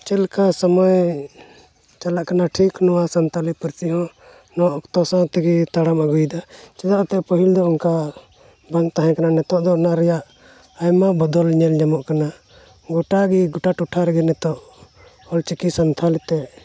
ᱪᱮᱫ ᱞᱮᱠᱟ ᱥᱚᱢᱚᱭ ᱪᱟᱞᱟᱜ ᱠᱟᱱᱟ ᱴᱷᱤᱠ ᱱᱚᱣᱟ ᱥᱟᱱᱛᱟᱲᱤ ᱯᱟᱹᱨᱥᱤ ᱦᱚᱸ ᱱᱚᱣᱟ ᱚᱠᱛᱚ ᱥᱟᱶ ᱛᱮᱜᱮ ᱛᱟᱲᱟᱢ ᱟᱹᱜᱩᱭᱫᱟ ᱪᱮᱫᱟᱛᱮ ᱯᱟᱹᱦᱤᱞ ᱫᱚ ᱚᱱᱠᱟ ᱵᱟᱝ ᱛᱟᱦᱮᱸ ᱠᱟᱱᱟ ᱱᱤᱛᱚᱜ ᱫᱚ ᱚᱱᱟ ᱨᱮᱭᱟᱜ ᱵᱚᱫᱚᱞ ᱧᱮᱞ ᱧᱟᱢᱚᱜ ᱠᱟᱱᱟ ᱜᱚᱴᱟ ᱜᱮ ᱜᱚᱴᱟ ᱴᱚᱴᱷᱟ ᱨᱮᱜᱮ ᱱᱤᱛᱚᱜ ᱚᱞ ᱪᱤᱠᱤ ᱥᱟᱱᱛᱟᱲᱤᱛᱮ